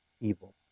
evil